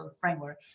framework